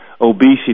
obesity